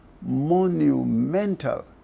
monumental